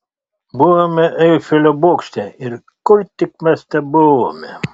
buvome eifelio bokšte ir kur tik mes nebuvome